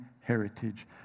heritage